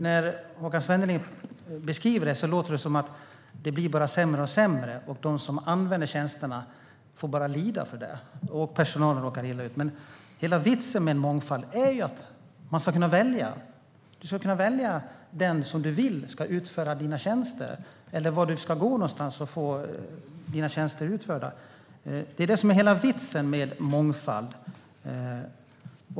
När Håkan Svenneling beskriver det låter det som att det bara blir allt sämre, att de som använder tjänsterna bara får lida för det och att personalen råkar ut. Men hela vitsen med mångfald är ju att du ska kunna välja vart du ska gå för att få dina tjänster utförda. Det är det som är hela vitsen med mångfald.